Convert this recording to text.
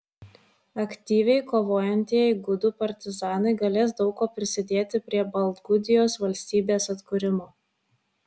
aktyviai kovojantieji gudų partizanai galės daug kuo prisidėti prie baltgudijos valstybės atkūrimo